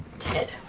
ted.